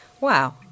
Wow